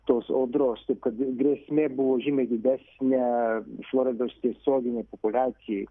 tos audros taip kad grėsmė buvo žymiai didesnė floridos tiesioginei populiacijai